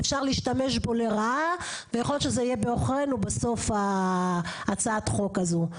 אפשר להשתמש בו לרעה ויכול להיות שזה יהיה בעוכרינו בסוף ההצעת חוק הזו,